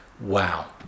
wow